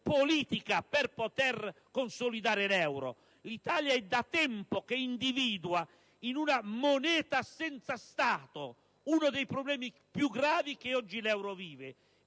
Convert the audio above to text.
politica per poter consolidare l'euro. L'Italia è da tempo che individua in una moneta senza Stato uno dei problemi più gravi che oggi l'euro vive,